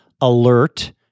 alert